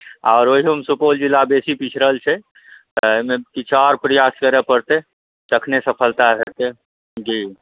आओर ओहियोमे सुपौल जिला बेसी पिछड़ल छै तऽ एहिमे किछु आओर प्रयास करऽ पड़तै तखने सफलता हेतै जी